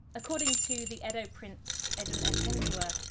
according to the edo prince, edun akenzua,